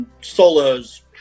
solos